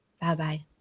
Bye-bye